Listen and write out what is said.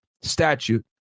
statute